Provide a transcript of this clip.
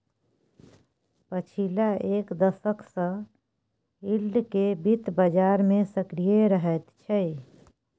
पछिला एक दशक सँ यील्ड केँ बित्त बजार मे सक्रिय रहैत छै